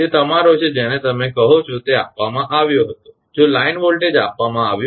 તે તમારો છે જેને તમે કહો છો તે આપવામાં આવ્યો હતું જો લાઇન વોલ્ટેજ આપવામાં આવ્યો હતો